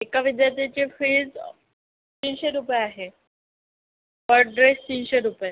एका विद्यार्थ्याचे फिज् तीनशे रुपये आहे पर ड्रेस तीनशे रुपये